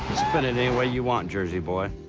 spin it any way you want, jersey boy.